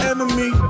Enemy